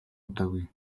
удаагүй